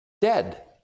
dead